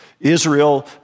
Israel